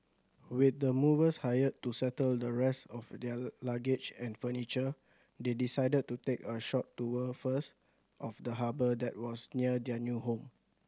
with the movers hired to settle the rest of their luggage and furniture they decided to take a short tour first of the harbour that was near their new home